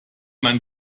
man